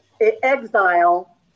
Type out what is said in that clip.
exile